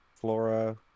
flora